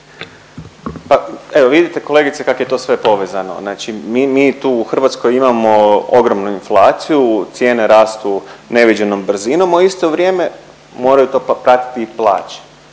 evo vidite kolegice kak je to sve povezano, znači mi, mi tu u Hrvatskoj imamo ogromnu inflaciju, cijene rastu neviđenom brzinom, a u isto vrijeme moraju to pratiti i plaće,